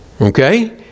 Okay